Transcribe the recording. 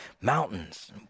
mountains